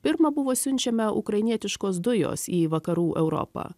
pirma buvo siunčiame ukrainietiškos dujos į vakarų europą